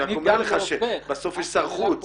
אני רק אומר לך שבסוף יש שר חוץ.